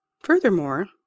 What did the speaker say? Furthermore